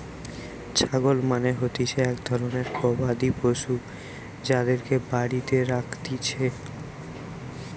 ছাগল মানে হতিছে এক ধরণের গবাদি পশু যাদেরকে বাড়িতে রাখতিছে